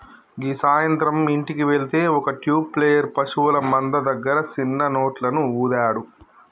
గీ సాయంత్రం ఇంటికి వెళ్తే ఒక ట్యూబ్ ప్లేయర్ పశువుల మంద దగ్గర సిన్న నోట్లను ఊదాడు